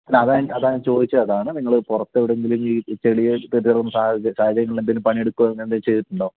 അല്ല അതാണ് ഞാൻ അതാണ് ഞാൻ ചോദിച്ചത് അതാണ് നിങ്ങൾ പുറത്തെവിടെയെങ്കിലും ഈ ചെളിയിൽ എന്തെങ്കിലും പണിയെടുക്കുകയോ അങ്ങനെ എന്തെങ്കിലും ചെയ്തിട്ടുണ്ടോ